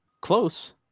close